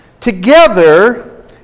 Together